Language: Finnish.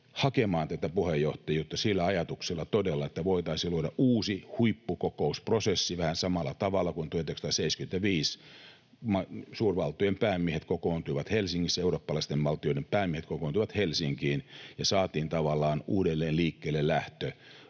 hakemaan tätä puheenjohtajuutta sillä ajatuksella todella, että voitaisiin luoda uusi huippukokousprosessi vähän samalla tavalla kuin 1975, kun suurvaltojen ja eurooppalaisten valtioiden päämiehet kokoontuivat Helsinkiin ja saatiin tavallaan uudelleen liikkeelle lähtö